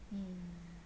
mmhmm